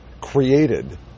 created